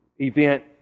event